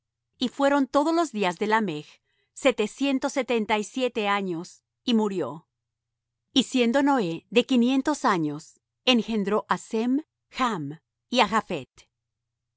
y fueron todos los días de lamech setecientos setenta y siete años y murió y siendo noé de quinientos años engendró á sem chm y